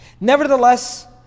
Nevertheless